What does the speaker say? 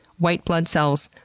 white blood cells,